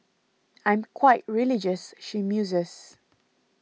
I'm quite religious she muses